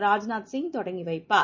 ராஜ்நாத் சிங் தொடங்கி வைப்பார்